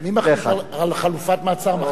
על חלופת מעצר מחליט בית-המשפט?